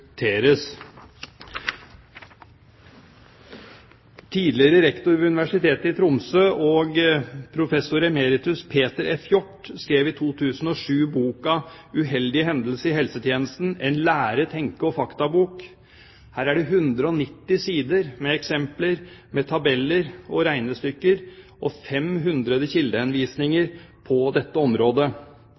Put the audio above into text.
Tidligere rektor ved Universitetet i Tromsø, professor emeritus Peter F. Hjort skrev i 2007 boka Uheldige hendelser i helsetjenesten: en lære- tenke- og faktabok. Her er det 190 sider med eksempler, tabeller og regnestykker og 500 kildehenvisninger på dette området.